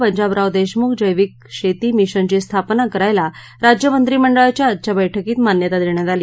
पंजाबराव देशमुख जैविक शेती मिशनची स्थापना करायला राज्य मंत्रिमंडळाच्या आजच्या बैठकीत मान्यता देण्यात आली